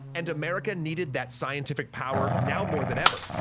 and america needed that scientific power now more than ever!